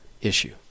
issue